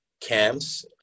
camps